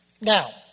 Now